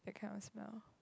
that kind of smell